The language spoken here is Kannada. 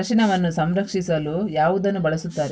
ಅರಿಶಿನವನ್ನು ಸಂಸ್ಕರಿಸಲು ಯಾವುದನ್ನು ಬಳಸುತ್ತಾರೆ?